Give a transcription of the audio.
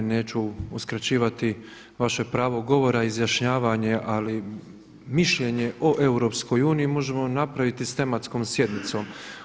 Neću uskraćivati vaše pravo govora i izjašnjavanja ali mišljenje o EU možemo napraviti s tematskom sjednicom.